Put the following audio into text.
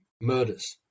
murders